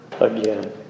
again